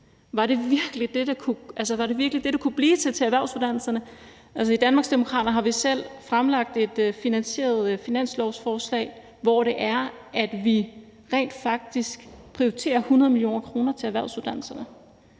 Var det virkelig det, det kunne blive til til erhvervsuddannelserne? I Danmarksdemokraterne har vi selv fremlagt et finansieret finanslovsforslag, hvor vi rent faktisk prioriterer 100 mio. kr. til erhvervsuddannelserne.